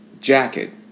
jacket